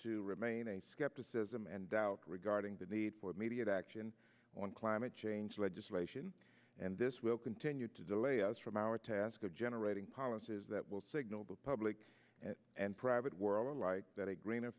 to remain a skepticism and doubt regarding the need for immediate action on climate change legislation and this will continue to delay us from our task of generating policies that will signal both public and private world that a green